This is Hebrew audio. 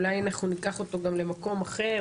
אולי אנחנו גם ניקח אותו למקום אחר,